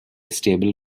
stable